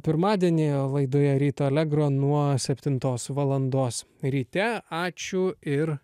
pirmadienį laidoje ryto alegro nuo septintos valandos ryte ačiū ir